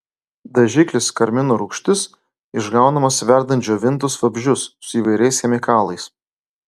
dažiklis karmino rūgštis išgaunamas verdant džiovintus vabzdžius su įvairiais chemikalais